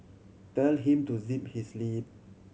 tell him to zip his lip